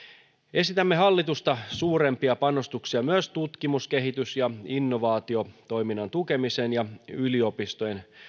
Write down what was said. esitämme hallitusta suurempia panostuksia myös tutkimus kehitys ja innovaatiotoiminnan tukemiseen ja yliopistojen